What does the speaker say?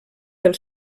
del